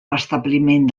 restabliment